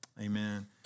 Amen